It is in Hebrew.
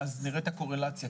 ואז נראה את הקורלציה,